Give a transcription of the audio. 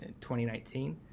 2019